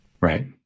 Right